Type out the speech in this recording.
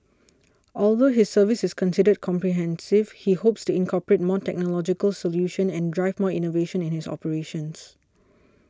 although his service is considered comprehensive he hopes to incorporate more technological solutions and drive more innovation in his operations